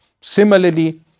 Similarly